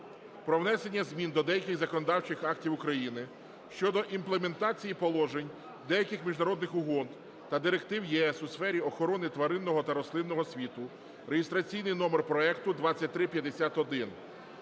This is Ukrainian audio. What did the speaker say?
про внесення змін до деяких законодавчих актів України щодо імплементації положень деяких міжнародних угод та директив ЄС у сфері охорони тваринного та рослинного світу (реєстраційний номер проекту 2351),